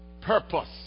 purpose